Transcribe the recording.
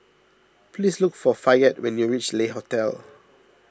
please look for Fayette when you reach Le Hotel